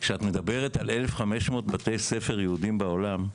כשאת מדברת על 1,500 בתי ספר יהודיים בעולם,